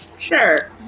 Sure